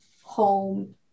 home